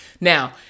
Now